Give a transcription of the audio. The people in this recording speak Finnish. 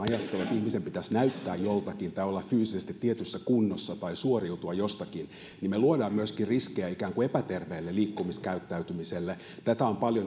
ajatteluun että ihmisen pitäisi näyttää joltakin tai olla fyysisesti tietyssä kunnossa tai suoriutua jostakin niin me luomme myöskin riskejä epäterveelle liikkumiskäyttäytymiselle